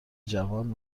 جوان